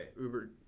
Uber